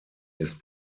ist